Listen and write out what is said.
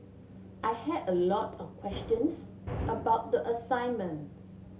I had a lot of questions about the assignment